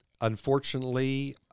Unfortunately